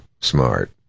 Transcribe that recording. smart